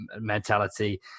mentality